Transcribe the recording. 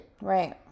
Right